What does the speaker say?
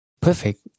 perfect